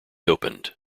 opened